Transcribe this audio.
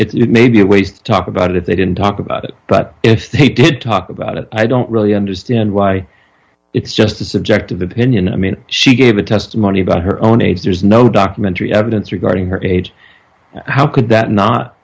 it may be a ways talk about it they didn't talk about it but if they did talk about it i don't really understand why it's just a subjective opinion i mean she gave a testimony about her own age there's no documentary evidence regarding her age how could that not